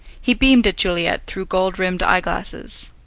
he beamed at juliet through gold-rimmed eyeglasses.